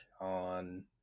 on